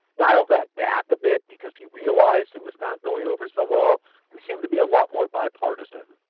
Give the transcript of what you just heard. dialled that back a bit because he realised it was not going over so well. and he seemed um to be a lot more bipartisan.